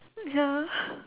ya